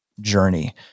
journey